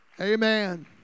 Amen